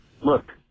Look